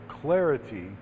clarity